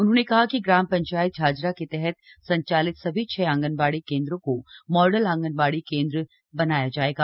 उन्होंने कहा कि ग्राम पंचायत झाझरा के तहत संचालित सभी छह आंगनबाड़ी केंद्रों को मॉडल आंगनबाड़ी केंद्र बनाया जाएगा